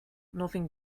nothing